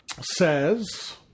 says